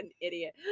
idiot